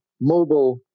mobile